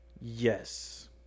Yes